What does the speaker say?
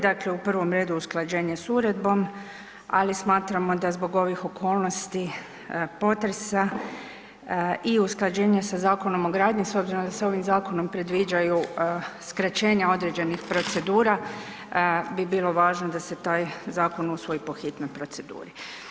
Dakle, u prvom redu usklađenje s uredbom, ali smatramo da zbog ovih okolnosti potresa i usklađenje sa Zakonom o gradnji s obzirom da se ovim zakonom predviđaju skraćenja određenih procedura bi bilo važno da se taj zakon usvoji po hitnoj proceduri.